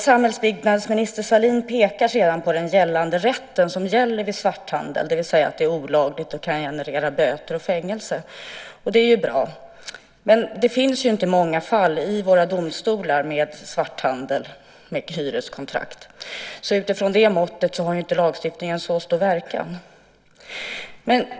Samhällsbyggnadsminister Sahlin pekar sedan på den rätt som gäller vid svarthandel, det vill säga att det är olagligt och kan generera böter och fängelse, och det är ju bra. Men det finns ju inte många fall i våra domstolar med svarthandel med hyreskontrakt, så utifrån det måttet har ju inte lagstiftningen så stor verkan.